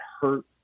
hurt